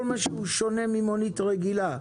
כל מה שהוא שונה ממונית רגילה,